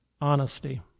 Honesty